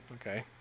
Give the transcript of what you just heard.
okay